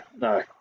no